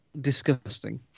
disgusting